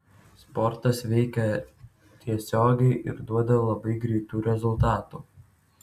sportas veikia tiesiogiai ir duoda labai greitų rezultatų